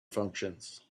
functions